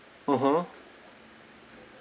(uh huh)